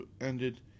ended